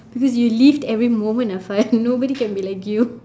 because you lived every moment afa nobody can be like you